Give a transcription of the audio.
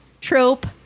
trope